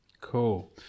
Cool